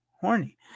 horny